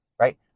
right